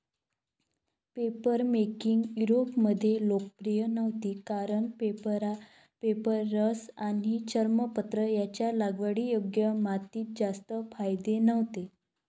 papermaking युरोपमध्ये लोकप्रिय नव्हती कारण पेपायरस आणि चर्मपत्र यांचे लागवडीयोग्य मातीत जास्त फायदे नव्हते